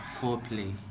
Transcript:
foreplay